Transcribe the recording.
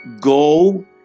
go